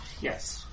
Yes